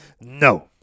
No